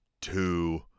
two